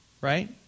Right